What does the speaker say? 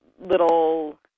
little